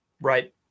Right